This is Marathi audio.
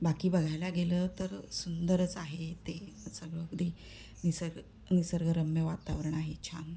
बाकी बघायला गेलं तर सुंदरच आहे ते सगळं अगदी निसर्ग निसर्गरम्य वातावरण आहे छान